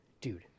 dude